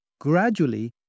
Gradually